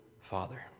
Father